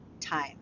time